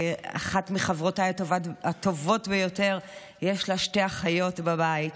לאחת מחברותיי הטובות ביותר יש שתי אחיות בבית,